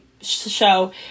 show